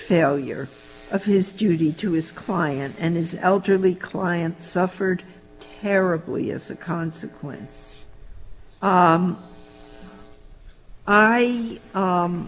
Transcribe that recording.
failure of his duty to his client and his elderly clients suffered terribly as a consequence